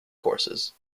courses